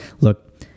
look